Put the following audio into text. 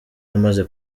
yamaze